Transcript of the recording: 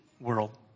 world